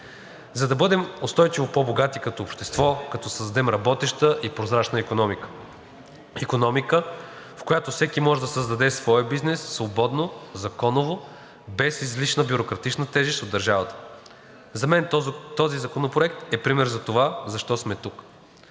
за да бъдем устойчиво по-богати като общество, като създадем работеща и прозрачна икономика – икономика, в която всеки може да създаде своя бизнес свободно, законово, без излишна бюрократична тежест от държавата. За мен този законопроект е пример за това защо сме тук